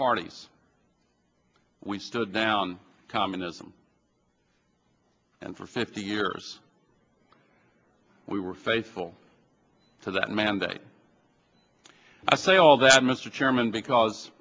parties we stood down communism and for fifty years we were faithful to that mandate i say all that mr chairman because